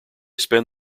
spend